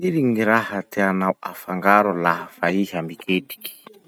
Firy gny raha tianao afangaro laha fa iha miketriky?